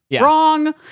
wrong